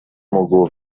mógł